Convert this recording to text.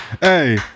Hey